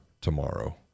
tomorrow